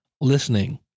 listening